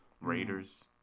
Raiders